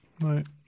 right